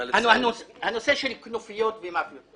הנושא של כנופיות ומאפיות.